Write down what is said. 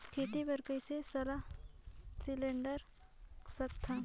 खेती बर कइसे सलाह सिलेंडर सकथन?